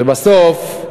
ובסוף,